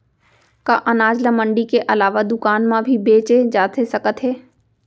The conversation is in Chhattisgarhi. का अनाज ल मंडी के अलावा दुकान म भी बेचे जाथे सकत हे?